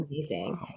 amazing